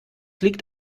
liegt